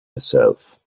herself